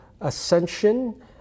ascension